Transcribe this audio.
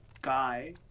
guy